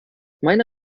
meine